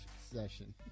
session